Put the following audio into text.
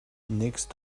next